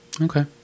Okay